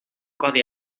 codi